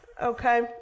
Okay